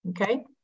Okay